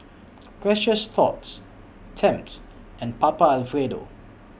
Precious Thots Tempt and Papa Alfredo